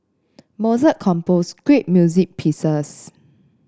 Mozart composed great music pieces